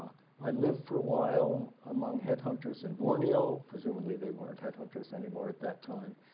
i lived for a while among headhunters in borneo. presumably they weren't headhunters anymore at that time,